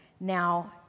Now